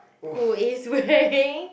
who is wearing